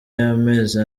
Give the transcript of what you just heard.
y’amezi